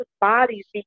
bodies